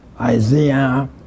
Isaiah